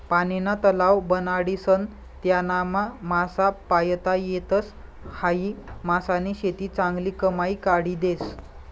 पानीना तलाव बनाडीसन त्यानामा मासा पायता येतस, हायी मासानी शेती चांगली कमाई काढी देस